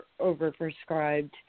overprescribed